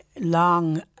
long